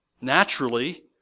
naturally